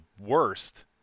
worst